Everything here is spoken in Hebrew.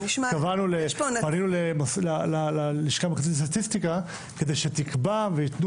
פנינו ללשכה המרכזית לסטטיסטיקה כדי שתקבע וייתנו